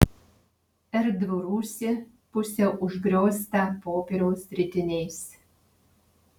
erdvų rūsį pusiau užgrioztą popieriaus ritiniais